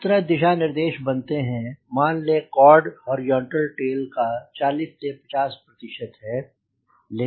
इसी तरह दिशा निर्देश बनते हैं मान लें कॉर्ड हॉरिजॉन्टल टेल का 40 50 है